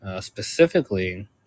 specifically